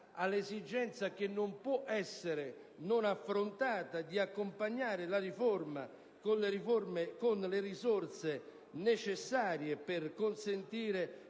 all'esigenza, che non può essere tralasciata, di accompagnare la riforma con le risorse necessarie per consentire